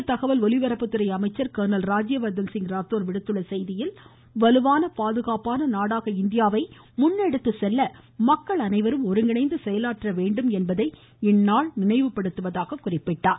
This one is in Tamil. மத்திய தகவல் ஒலிபரப்புத்துறை அமைச்சர் கர்னல் ராஜ்யவர்தன் சிங் ராத்தோர் விடுத்துள்ள செய்தியில் வலுவான பாதுகாப்பான நாடாக இந்தியாவை முன்னெடுத்துச் செல்ல மக்கள் அனைவரும் ஒருங்கிணைந்து செயலாற்ற வேண்டும் என்பதை இந்நாள் நினைவு படுத்துவதாக கூறினார்